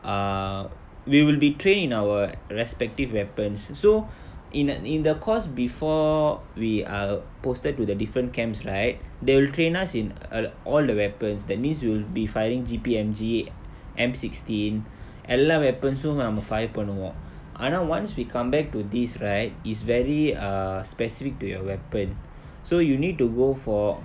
err we will be trained our respective weapons so in the in the course before we are posted to the different camps right they'll train us in err all the weapons that means you'll be firing G_P_M_G_M sixteen எல்லா:ellaa weapons uh நம்ம:namma file பண்ணுவோ ஆனா:pannuvo aanaa once we come back to these right it's very err specific to your weapon so you need to go for